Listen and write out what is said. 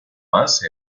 más